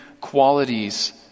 qualities